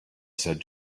said